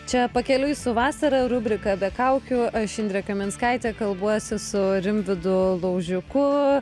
čia pakeliui su vasara rubrika be kaukių aš indrė kaminskaitė kalbuosi su rimvydu laužiku